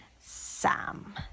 Sam